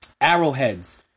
arrowheads